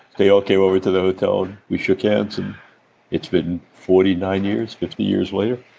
they all came over to the hotel and we shook hands, and it's been forty nine years, fifty years later